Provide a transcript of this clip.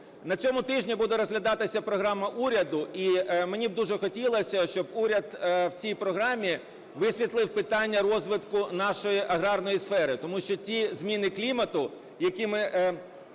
На цьому тижні буде розглядатися Програма уряду. І мені дуже хотілося б, щоб уряд в цій програмі висвітлив питання розвитку нашої аграрної сфери. Тому що ті зміни клімату, які ми